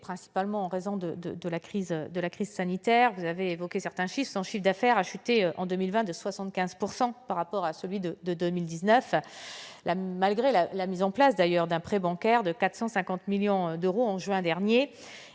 principalement en raison de la crise sanitaire. Son chiffre d'affaires a chuté en 2020 de 75 % par rapport à 2019. Malgré la mise en place d'un prêt bancaire de 450 millions d'euros en juin dernier